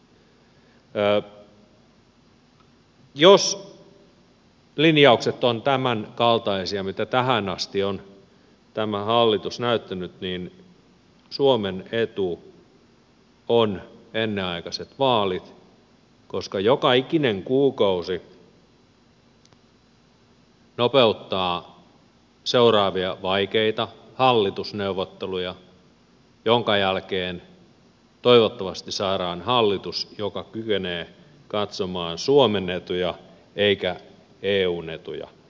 jos linjaukset ovat tämänkaltaisia mitä tähän asti on tämä hallitus näyttänyt niin suomen etu on ennenaikaiset vaalit koska joka ikinen kuukausi nopeuttaa seuraavia vaikeita hallitusneuvotteluja joiden jälkeen toivottavasti saadaan hallitus joka kykenee katsomaan suomen etuja eikä eun etuja